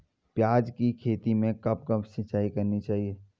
प्याज़ की खेती में कब कब सिंचाई करनी चाहिये?